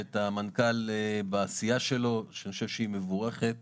ואת המנכ"ל בעשייה המבורכת שלו.